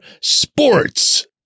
sports